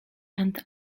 and